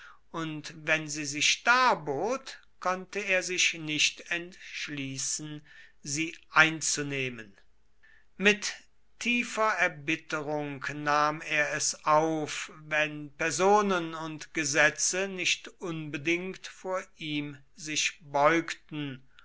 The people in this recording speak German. und wenn sie sich darbot konnte er sich nicht entschließen sie einzunehmen mit tiefer erbitterung nahm er es auf wenn personen und gesetze nicht unbedingt vor ihm sich beugten